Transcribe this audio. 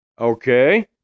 Okay